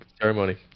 ceremony